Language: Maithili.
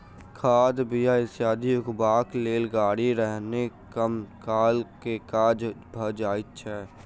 खाद, बीया इत्यादि उघबाक लेल गाड़ी रहने कम काल मे काज भ जाइत छै